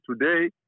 today